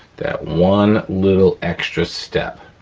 that one little extra step.